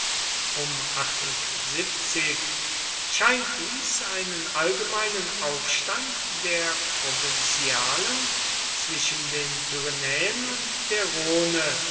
scheint dies einen allgemeinen aufstand der provinzialen zwischen den pyrenäen und der rhone